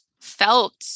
felt